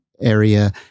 area